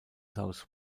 south